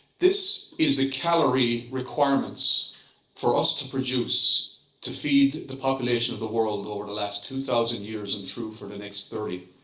this is the calorie requirements for us to produce to feed the population of the world over the last two thousand years and through for the next thirty.